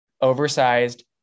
oversized